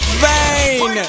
vain